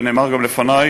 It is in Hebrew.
ונאמר גם לפני,